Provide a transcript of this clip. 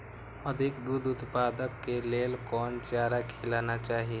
अधिक दूध उत्पादन के लेल कोन चारा खिलाना चाही?